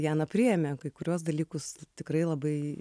jana priėmė kai kuriuos dalykus tikrai labai